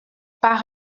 par